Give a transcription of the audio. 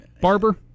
Barber